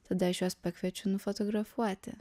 tada aš juos pakviečiu nufotografuoti